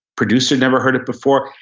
producer never heard it before.